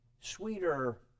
sweeter